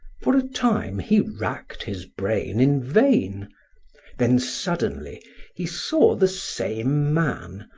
for a time he racked his brain in vain then suddenly he saw the same man,